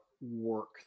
work